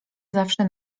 zawsze